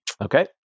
Okay